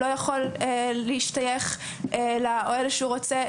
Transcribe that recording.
לא יכול להשתייך לאוהל שהוא רוצה.